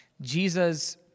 Jesus